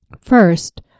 First